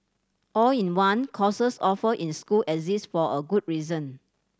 all in one courses offered in school exist for a good reason